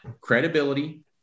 credibility